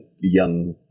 young